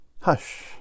Hush